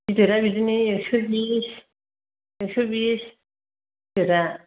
गिदिरा बिदिनो एकस' बिस एकस' बिस गिदिरा